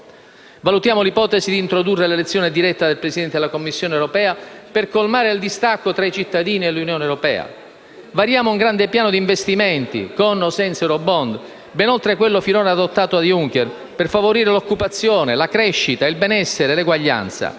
Valutiamo l'ipotesi di introdurre l'elezione diretta del Presidente della Commissione europea per colmare il distacco tra i cittadini e l'Unione europea. Variamo un grande piano di investimenti (con o senza eurobond), ben oltre quello finora adottato da Juncker, per favorire l'occupazione, la crescita, il benessere, l'eguaglianza.